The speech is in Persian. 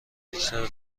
اکثر